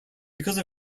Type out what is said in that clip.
because